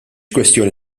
kwestjoni